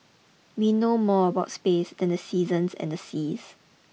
we know more about space than the seasons and the seas